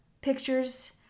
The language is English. pictures